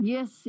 Yes